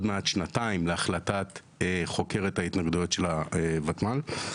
מעט שנתיים להחלטת חוקרת ההתנגדויות של הוות"ל.